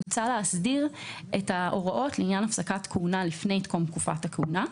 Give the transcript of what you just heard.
מוצע להסדיר את ההוראות לעניין הפסקת כהונה לפני תום תקופת הכהונה.